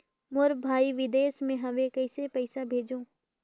मोर भाई विदेश मे हवे कइसे पईसा भेजो?